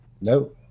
No